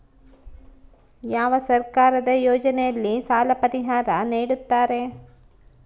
ಯಾವ ಸರ್ಕಾರದ ಯೋಜನೆಯಲ್ಲಿ ಸಾಲ ಪರಿಹಾರ ನೇಡುತ್ತಾರೆ?